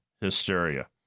hysteria